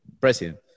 president